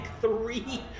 three